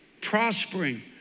Prospering